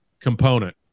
component